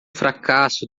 fracasso